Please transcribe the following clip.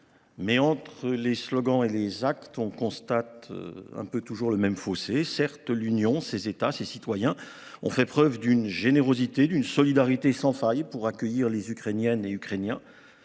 Mais entre les slogans et les actes on constate. Un peu toujours le même fossé certes l'Union ces États. Ses citoyens ont fait preuve d'une générosité d'une solidarité sans faille pour accueillir les ukrainiennes et ukrainiens.